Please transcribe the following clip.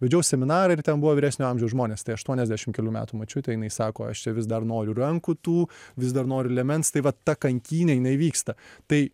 vedžiau seminarą ir ten buvo vyresnio amžiaus žmonės tai aštuoniasdešimt kelių metų močiutė jinai sako aš čia vis dar noriu rankų tų vis dar noriu liemens tai va ta kankynė jinai vyksta tai